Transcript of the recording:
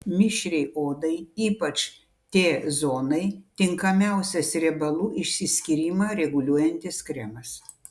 mišriai odai ypač t zonai tinkamiausias riebalų išsiskyrimą reguliuojantis kremas